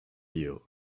you